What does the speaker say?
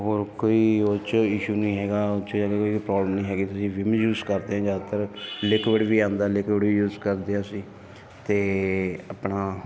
ਹੋਰ ਕੋਈ ਉਹ 'ਚ ਇਸ਼ੂ ਨਹੀਂ ਹੈਗਾ ਉਹ 'ਚ ਅਗਰ ਕੋਈ ਪ੍ਰੋਬਲਮ ਨਹੀਂ ਹੈਗੀ ਅਸੀਂ ਵਿੰਮ ਹੀ ਯੂਜ ਕਰਦੇ ਹਾਂ ਜ਼ਿਆਦਾਤਰ ਲਿਕੁਅਡ ਵੀ ਆਉਂਦਾ ਲਿਕੁਅਡ ਵੀ ਯੂਜ਼ ਕਰਦੇ ਹਾਂ ਅਸੀਂ ਅਤੇ ਆਪਣਾ